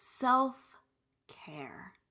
self-care